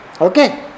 Okay